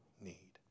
need